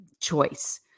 choice